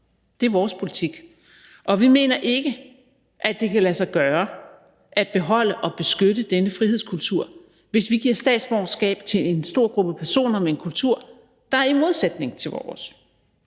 Det er vores politik, og vi mener ikke, at det kan lade sig gøre at beholde og beskytte denne frihedskultur, hvis vi giver statsborgerskab til en stor gruppe personer med en kultur, der er i modsætning til vores,